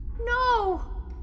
No